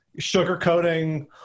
sugarcoating